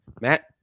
Matt